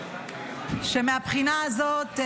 שמהבחינה הזאת,